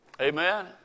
Amen